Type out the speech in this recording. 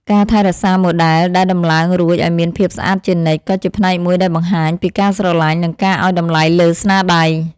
ការថែរក្សាម៉ូដែលដែលដំឡើងរួចឱ្យមានភាពស្អាតជានិច្ចក៏ជាផ្នែកមួយដែលបង្ហាញពីការស្រឡាញ់ និងការឱ្យតម្លៃលើស្នាដៃ។